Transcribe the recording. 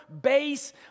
base